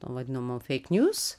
vadinamų feik njuz